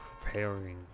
preparing